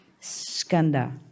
Skanda